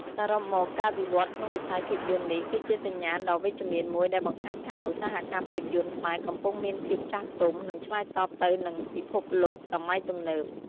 សរុបមក ការវិវត្តន៍ក្នុងវិស័យភាពយន្ដនេះគឺជាសញ្ញាណដ៏វិជ្ជមានមួយដែលបង្ហាញថា ឧស្សាហកម្មភាពយន្តខ្មែរកំពុងមានភាពចាស់ទុំ និងឆ្លើយតបទៅនឹងពិភពលោកសម័យទំនើប។